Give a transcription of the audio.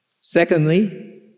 Secondly